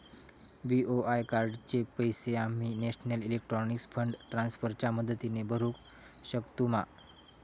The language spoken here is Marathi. बी.ओ.आय कार्डाचे पैसे आम्ही नेशनल इलेक्ट्रॉनिक फंड ट्रान्स्फर च्या मदतीने भरुक शकतू मा?